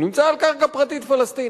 הוא נמצא על קרקע פרטית פלסטינית.